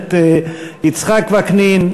הכנסת יצחק וקנין,